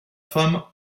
femme